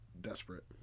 desperate